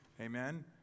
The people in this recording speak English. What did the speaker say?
Amen